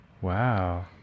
Wow